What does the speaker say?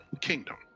kingdom